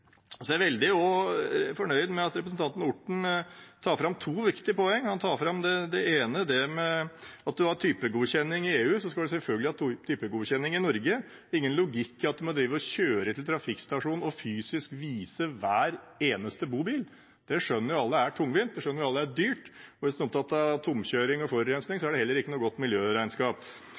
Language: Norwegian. er også veldig fornøyd med at representanten Orten tar fram to viktige poenger. Det ene han tar fram, er at om man har typegodkjenning i EU, skal man selvfølgelig ha typegodkjenning i Norge. Det er ingen logikk i at man må kjøre til trafikkstasjon og fysisk vise hver eneste bobil. Det skjønner alle at er tungvint, og det skjønner alle at er dyrt, og hvis man er opptatt av tomkjøring og forurensning, er det heller ikke noe godt miljøregnskap.